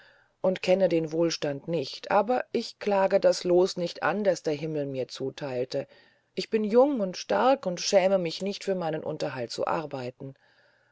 und kenne den wohlstand nicht aber ich klage das loos nicht an das der himmel mir zutheilte ich bin jung und stark und schäme mich nicht für meinen unterhalt zu arbeiten